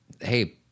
hey-